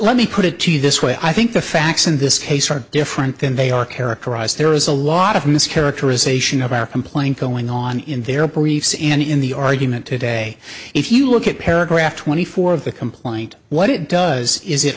let me put it to you this way i think the facts in this case are different than they are characterized there is a lot of mischaracterization of our complaint going on in their briefs and in the argument today if you look at paragraph twenty four of the complaint what it does is it